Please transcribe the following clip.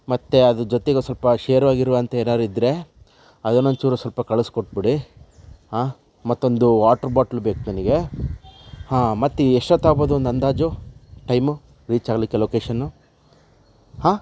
ಮತ್ತು ಅದ್ರ ಜೊತೆಗೆ ಒ ಸ್ವಲ್ಪ ಶೇರ್ವ ಗಿರ್ವ ಅಂತ ಏನಾರು ಇದ್ದರೆ ಅದನ್ನೊಂಚೂರು ಸ್ವಲ್ಪ ಕಳಿಸ್ಕೊಟ್ಬುಡಿ ಆಂ ಮತ್ತೊಂದು ವಾಟ್ರ್ ಬಾಟ್ಲ್ ಬೇಕು ನನಗೆ ಹಾಂ ಮತ್ತು ಎಷ್ಟೋತ್ತಾಗ್ಬೋದು ಒಂದು ಅಂದಾಜು ಟೈಮು ರೀಚ್ ಆಗ್ಲಿಕ್ಕೆ ಲೊಕೇಶನ್ನು ಹಾ